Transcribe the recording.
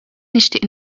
nixtieq